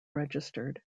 registered